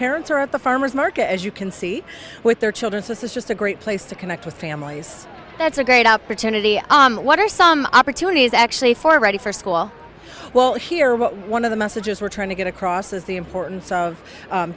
parents are at the farmers market as you can see with their children so this is just a great place to connect with families that's a great opportunity what are some opportunities actually for ready for school well here one of the messages we're trying to get across is the importance of